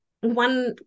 One